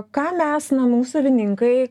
ką mes namų savininkai